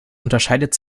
unterscheidet